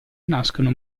nascono